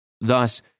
Thus